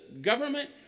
government